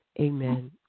Amen